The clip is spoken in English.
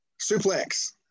Suplex